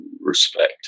respect